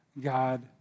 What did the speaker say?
God